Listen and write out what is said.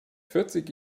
vierzig